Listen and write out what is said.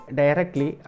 directly